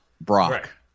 Brock